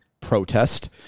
protest